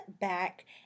back